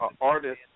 artist